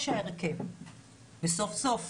כשבראש ההרכב עומדת אסתר חיות,